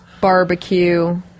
barbecue